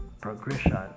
progression